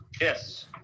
Yes